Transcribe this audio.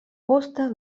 poste